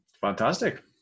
fantastic